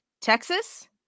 Texas